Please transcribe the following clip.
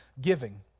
giving